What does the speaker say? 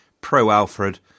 pro-Alfred